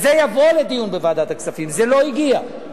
וזה יבוא לדיון בוועדת הכספים, זה עוד לא הגיע.